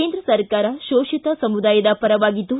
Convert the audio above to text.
ಕೇಂದ್ರ ಸರ್ಕಾರ ಶೋಷಿತ ಸಮುದಾಯದ ಪರವಾಗಿದ್ದು